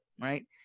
right